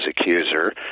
accuser